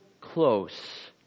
close